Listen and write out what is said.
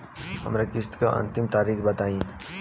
हमरे किस्त क अंतिम तारीख बताईं?